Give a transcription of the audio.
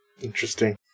Interesting